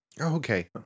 okay